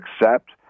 accept